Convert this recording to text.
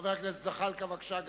חבר הכנסת ג'מאל זחאלקה, בבקשה.